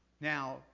Now